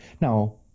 Now